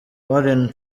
warren